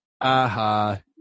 aha